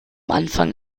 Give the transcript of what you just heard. anfang